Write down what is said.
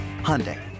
Hyundai